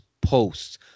posts